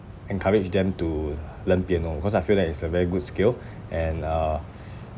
encourage them to learn piano because I feel that it's a very good skill and uh